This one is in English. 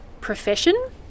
profession